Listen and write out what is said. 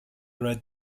right